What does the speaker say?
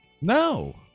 no